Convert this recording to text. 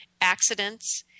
accidents